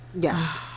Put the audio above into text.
Yes